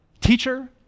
Teacher